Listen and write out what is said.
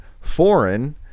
foreign